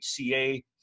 HCA